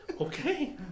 Okay